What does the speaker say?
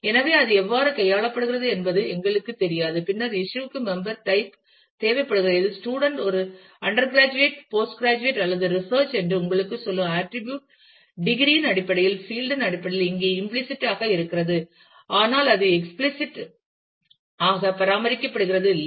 எனவே அது எவ்வாறு கையாளப்படுகிறது என்பது எங்களுக்குத் தெரியாது பின்னர் இஸ்யூ க்கு மெம்பர் டைப் தேவைப்படுகிறது இது ஸ்டூடண்ட் ஒரு அண்டர்கிராஜுவேட் போஸ்ட்கிராஜுவேட் அல்லது ரீசர்ச் என்று உங்களுக்குச் சொல்லும் ஆட்டிரிபியூட் டிகிரி இன் அடிப்படையில் பீல்டு இன் அடிப்படையில் இங்கே இம்பிளிசிட் ஆக இருக்கிறது ஆனால் அது எக்ஸ்பிளிசிட் ஆக பராமரிக்கப்படுகிறது இல்லை